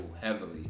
heavily